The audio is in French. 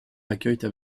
accueillent